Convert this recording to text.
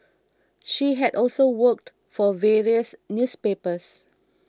she had also worked for various newspapers